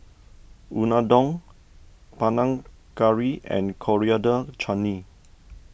Unadon Panang Curry and Coriander Chutney